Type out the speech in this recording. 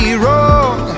wrong